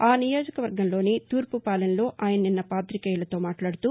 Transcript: ఆ నియోజకవర్గంలోని తూర్పుపాలెంలో ఆయన నిస్న పాతికేయులతో మాట్లాడుతూ